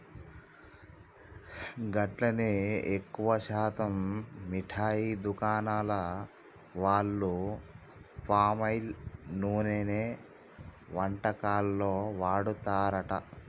గట్లనే ఎక్కువ శాతం మిఠాయి దుకాణాల వాళ్లు పామాయిల్ నూనెనే వంటకాల్లో వాడతారట